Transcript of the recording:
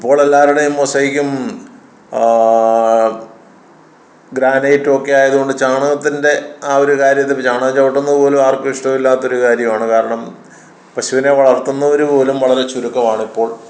ഇപ്പോഴെല്ലവരുടെയും മൊസയ്ക്കും ഗ്രാനൈറ്റുമൊക്കെ ആയത് കൊണ്ട് ചാണകത്തിൻ്റെ ആ ഒരു കാര്യത്തില് ചാണകം ചവിട്ടുന്നത് പോലും ആർക്കും ഇഷ്ടമില്ലാത്തൊരു കാര്യമാണ് കാരണം പശുവിനെ വളർത്തുന്നവര് പോലും വളരെ ചുരുക്കമാണിപ്പോൾ